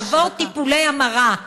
לעבור טיפולי המרה,